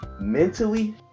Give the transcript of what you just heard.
Mentally